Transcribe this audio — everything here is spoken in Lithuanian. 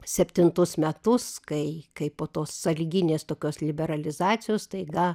septintus metus kai kai po tos sąlyginės tokios liberalizacijos staiga